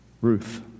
Ruth